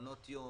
מעונות יום,